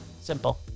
Simple